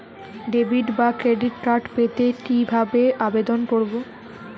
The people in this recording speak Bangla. ডেবিট বা ক্রেডিট কার্ড পেতে কি ভাবে আবেদন করব?